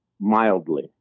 mildly